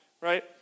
right